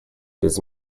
без